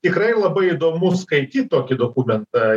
tikrai labai įdomu skaityt tokį dokumentą